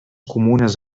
comunes